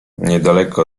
niedaleko